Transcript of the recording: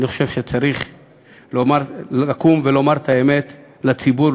אני חושב שצריך לקום ולומר את האמת לציבור,